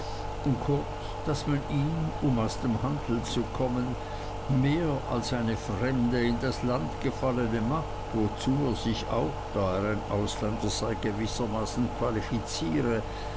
und kurz daß man ihn um aus dem handel zu kommen mehr als eine fremde in das land gefallene macht wozu er sich auch da er ein ausländer sei gewissermaßen qualifiziere